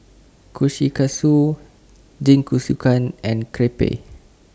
Kushikatsu Jingisukan and Crepe